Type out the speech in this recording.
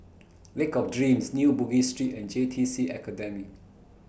Lake of Dreams New Bugis Street and J T C Academy